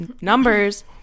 numbers